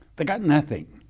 they got nothing.